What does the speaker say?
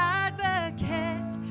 advocate